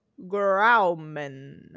Grauman